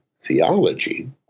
theology